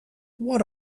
what